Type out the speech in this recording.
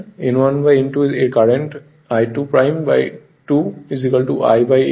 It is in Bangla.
N1 N2 এবং কারেন্ট I2 2 1 a হয়